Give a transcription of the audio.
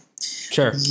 Sure